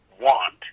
want